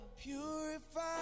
purify